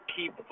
Keep